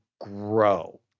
grow